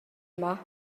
yma